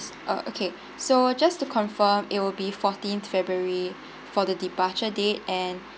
uh okay so just to confirm it will be fourteenth february for the departure day and